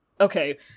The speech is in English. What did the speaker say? Okay